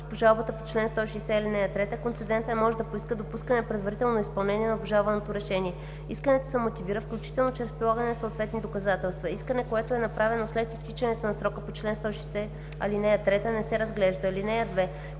си по жалбата по чл. 160, ал. 3 концедентът може да поиска допускане на предварително изпълнение на обжалваното решение. Искането се мотивира, включително чрез прилагане на съответни доказателства. Искане, което е направено след изтичането на срока по чл. 160, ал. 3, не се разглежда. (2)